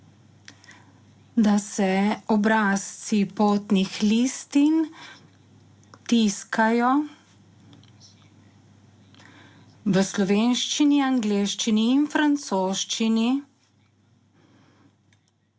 da se obrazci potnih listin tiskajo v slovenščini, angleščini in francoščini